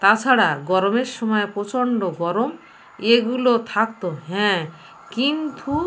তাছাড়া গরমের সময় প্রচন্ড গরম এগুলো থাকতো হ্যাঁ কিন্তু